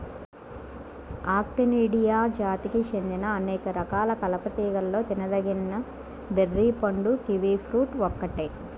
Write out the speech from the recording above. Actinidia జాతికి చెందిన అనేక రకాల కలప తీగలలో తినదగిన బెర్రీ పండు కివి ఫ్రూట్ ఒక్కటే